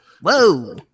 Whoa